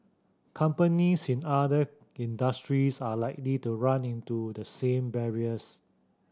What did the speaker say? companies in other industries are likely to run into the same barriers